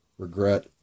Regret